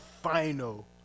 final